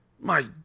My